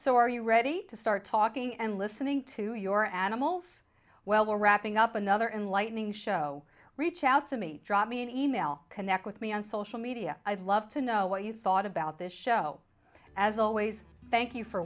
so are you ready to start talking and listening to your animals well we're wrapping up another enlightening show reach out to me drop me an e mail connect with me on social media i'd love to know what you thought about this show as always thank you for